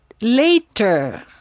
later